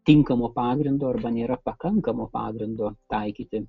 tinkamo pagrindo arba nėra pakankamo pagrindo taikyti